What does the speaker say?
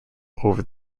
over